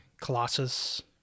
colossus